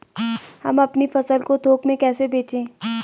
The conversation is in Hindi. हम अपनी फसल को थोक में कैसे बेचें?